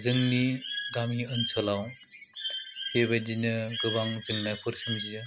जोंनि गामि ओसोलाव बेबायदिनो गोबां जेंनाफोर सोमजियो